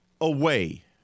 away